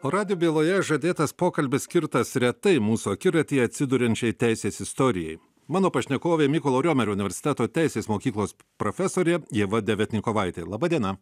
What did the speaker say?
o radijo byloje žadėtas pokalbis skirtas retai mūsų akiratyje atsiduriančiai teisės istorijai mano pašnekovė mykolo riomerio universiteto teisės mokyklos profesorė ieva deviatnikovaitė laba diena